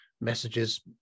messages